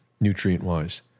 nutrient-wise